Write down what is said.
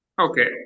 okay